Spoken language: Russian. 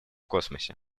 космосе